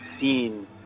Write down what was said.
seen